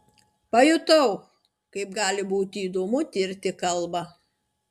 pajutau kaip gali būti įdomu tirti kalbą